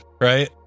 right